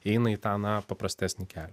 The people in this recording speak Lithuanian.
eina į tą na paprastesnį kelią